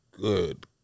good